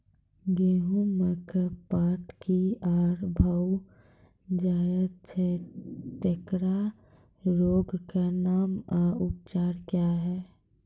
गेहूँमक पात पीअर भअ जायत छै, तेकरा रोगऽक नाम आ उपचार क्या है?